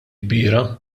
kbira